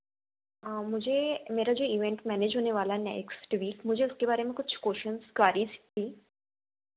मुझे मेरा जो इवेंट मैनेज होने वाला है नेक्स्ट वीक मुझे उसके बारे में कुछ कोशंस कारी थी